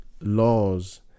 laws